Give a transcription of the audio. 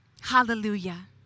Hallelujah